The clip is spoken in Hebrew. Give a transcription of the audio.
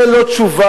זה לא תשובה.